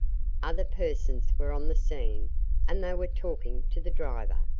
other persons were on the scene and they were talking to the driver,